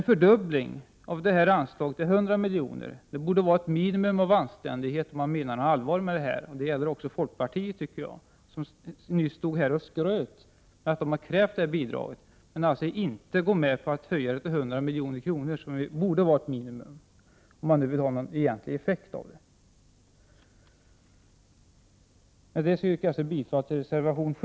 En fördubbling av anslaget till 100 miljoner borde vara ett minimum av anständighet om man menar allvar med reningen. Det gäller också folkpartiet, tycker jag, som nyss skröt över att man har krävt detta bidrag. Men man går alltså inte med på att höja det till 100 milj.kr., som borde vara ett minimum om man vill ha någon effekt av pengarna.